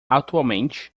atualmente